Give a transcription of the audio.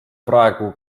praegu